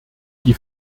die